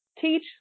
teach